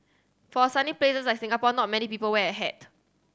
for a sunny place like Singapore not many people wear a hat